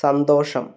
സന്തോഷം